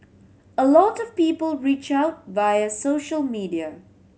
a lot of people reach out via social media